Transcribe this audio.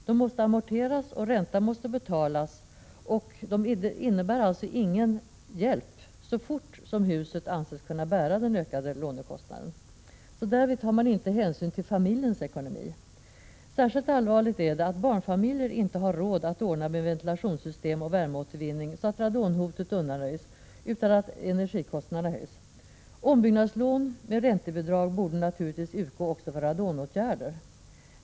De måste amorteras, och ränta måste betalas. Dessa lån innebär alltså ingen hjälp så fort huset anses kunna bära den ökade lånekostnaden. Därvid tar man inte hänsyn till familjens ekonomi. Särskilt allvarligt är det att barnfamiljer inte har råd att ordna med ventilationssystem och värmeåtervinning, så att radonhotet undanröjs utan att energikostnaderna höjs. Ombyggnadslån med räntebidrag borde naturligtvis utgå också för radonåtgärder.